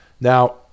Now